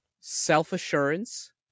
self-assurance